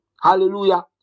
Hallelujah